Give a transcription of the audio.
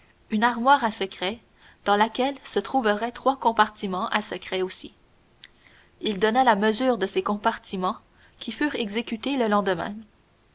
une armoire à secret dans laquelle se trouveraient trois compartiments à secret aussi il donna la mesure de ces compartiments qui furent exécutés le lendemain